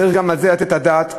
צריך גם על זה לתת את הדעת,